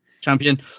champion